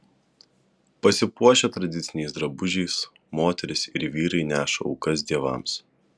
pasipuošę tradiciniais drabužiais moterys ir vyrai neša aukas dievams